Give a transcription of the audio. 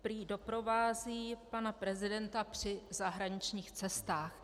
Prý doprovází pana prezidenta při zahraničních cestách.